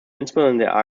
insbesondere